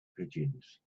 pigeons